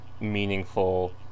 meaningful